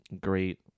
great